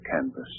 canvas